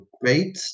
great